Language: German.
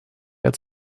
als